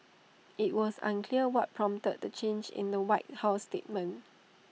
IT was unclear what prompted the change in the white house statement